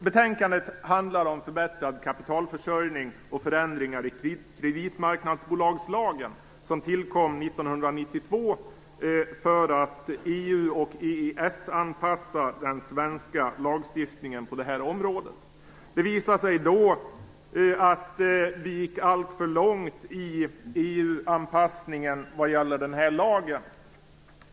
Betänkandet handlar om förbättrad kapitalförsörjning och förändringar i kreditmarknadsbolagslagen, vilken tillkom 1992 för att EU och EES-anpassa den svenska lagstiftningen på detta område. Det visade sig då att vi gick alltför långt i EU-anpassningen när det gäller den här lagen.